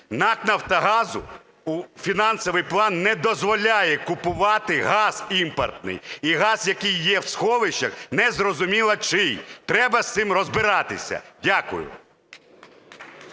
НАК "Нафтогазу" фінансовий план не дозволяє купувати газ імпортний і газ, який є в сховищах, незрозуміло чий. Треба з цим розбиратися. Дякую.